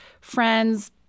friends